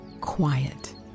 quiet